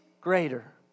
greater